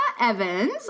Evans